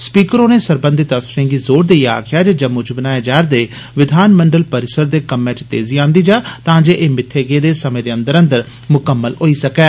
speaker होरें सरबंघत अफसरें गी जोर देइयै आक्खेआ जे जम्मू च बनाए जा'रदे नमें विधानमंडल परिसर दे कम्मै च तेजी आन्नी जा तां जे एह् मित्थे गेदे समें दे अंदर अंदर मुकम्मल होई सकै